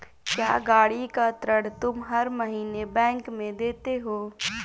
क्या, गाड़ी का ऋण तुम हर महीने बैंक में देते हो?